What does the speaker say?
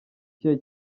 ikihe